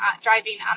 driving